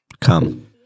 Come